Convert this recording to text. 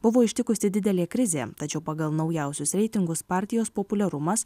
buvo ištikusi didelė krizė tačiau pagal naujausius reitingus partijos populiarumas